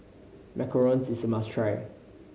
macarons is a must try